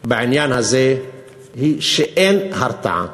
בעניין הזה היא שאין הרתעה.